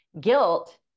Guilt